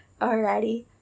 Alrighty